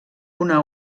una